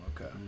Okay